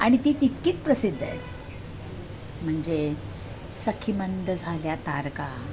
आणि ती तितकीच प्रसिद्ध आहे म्हणजे सखी मंद झाल्या तारका